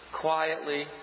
quietly